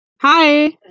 Hi